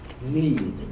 need